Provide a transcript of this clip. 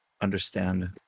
understand